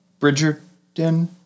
Bridgerton